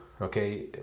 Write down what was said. okay